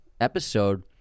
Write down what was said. episode